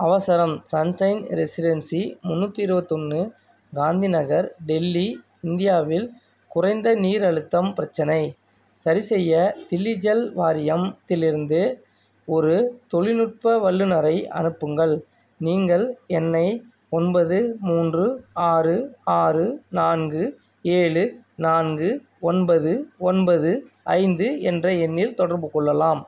அவசரம் sun sign residency முந்நூற்றி இருவத்தொன்று காந்தி நகர் டெல்லி இந்தியாவில் குறைந்த நீர் அழுத்தம் பிரச்சினை சரி செய்ய தில்லி ஜல் வாரியத்திலிருந்து ஒரு தொழில்நுட்ப வல்லுநரை அனுப்புங்கள் நீங்கள் என்னை ஒன்பது மூன்று ஆறு ஆறு நான்கு ஏழு நான்கு ஒன்பது ஒன்பது ஐந்து என்ற எண்ணில் தொடர்பு கொள்ளலாம்